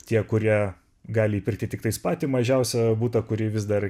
tie kurie gali įpirkti tiktais patį mažiausią butą kurį vis dar